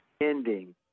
ending